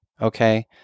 okay